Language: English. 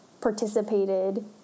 participated